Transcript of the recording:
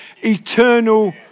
eternal